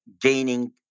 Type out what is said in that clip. gaining